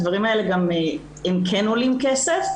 הדברים האלה כן עולים כסף,